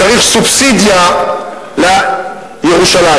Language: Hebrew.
וצריך סובסידיה לירושלים.